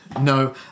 No